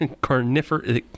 carnivorous